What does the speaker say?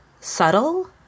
subtle